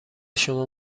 شما